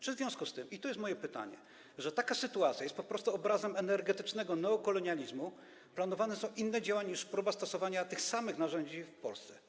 Czy w związku z tym - i to jest moje pytanie - że taka sytuacja jest po prostu obrazem energetycznego neokolonializmu, planowane są inne działania niż próba stosowania tych samych narzędzi w Polsce?